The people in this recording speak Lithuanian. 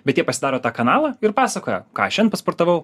bet jie pasidaro tą kanalą ir pasakoja ką šian pasportavau